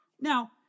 Now